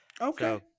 Okay